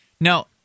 Now